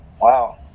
Wow